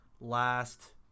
last